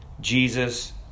Jesus